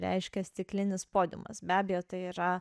reiškia stiklinis podiumas be abejo tai yra